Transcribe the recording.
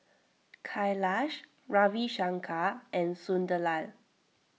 Kailash Ravi Shankar and Sunderlal